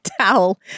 towel